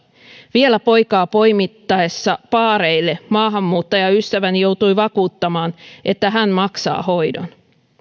vielä poikaa poimittaessa paareille maahanmuuttajaystäväni joutui vakuuttamaan että hän maksaa hoidon